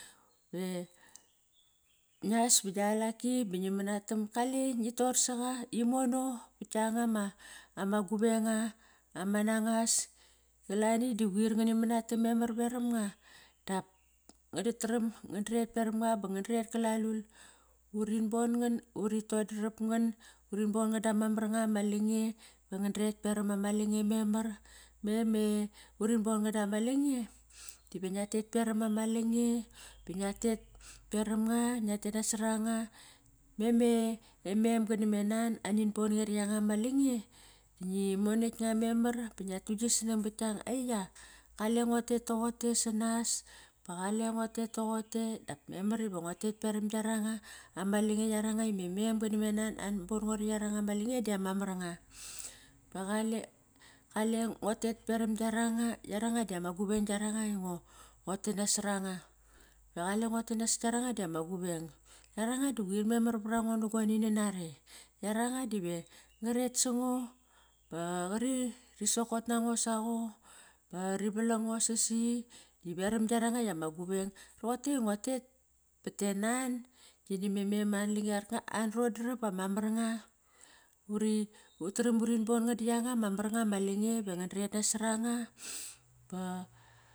Ngias ba gialaki ba ngi manatam. Kale ngi tor saqa imono vat kianga ma ama guvenga ama nangas. Qalani di quir ngani manatam memar veram nga. Dap ngana taram nga det peram nga ba ngandret kalalul. Urin bon-ngan, uri todrap ngan, urin bon ngan dama mar nga ma lange. Ba ngan dret peram ama lange. Me, me urin bon ngan dama lange, dive ngia tet peram ama lange. Ba ngia tet peram nga. Ngiat tet nasoranga. Me, me mem gana me nan anin bon ngerianga ma lange da ngi monakt nga memar ba ngia tugisnang vat kianga, aia kale ngo tet toqote sanas. Va qale ngo tet toqote dap memar iva ngo tet peram giaranga ama lange yaranga ime mem gana me nan anin bon ngo ri yaranga ma lange drama mar nga. kale ngo tet peram giar anga, yaranga diama guveng giaranga nga ingo tet nasor anga. Va qale nguat tet nasat kiaranga diama guveng, yaranga do quir memar var ango na goni nanare. Yaranga dive nga ret sango, va qari ri sokot nango saqo, vari valango sasi i veram giaranga ma guveng, rote nguatet pat e nan gi na me na me mem an lange, an rondrap ama mar nga. Uri, urin daram urit bon ngan dianga ma mar nga ma lange va ngan daret.